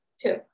two